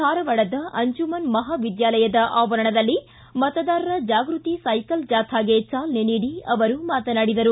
ಧಾರವಾಡದ ಅಂಜುಮನ್ ಮಹಾವಿದ್ದಾಲಯದ ಆವರಣದಲ್ಲಿ ಮತದಾರರ ಜಾಗೃತಿ ಸೈಕಲ್ ಜಾಥಾಗೆ ಚಾಲನೆ ನೀಡಿ ಅವರು ಮಾತನಾಡಿದರು